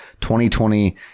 2020